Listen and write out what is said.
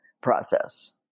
process